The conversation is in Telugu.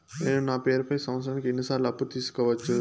నేను నా పేరుపై సంవత్సరానికి ఎన్ని సార్లు అప్పు తీసుకోవచ్చు?